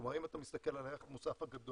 כלומר: אם אתה מסתכל על הערך המוסף הגדול